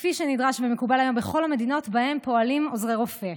כפי שנדרש ומקובל היום בכל המדינות שבהן פועלים עוזרי רופא.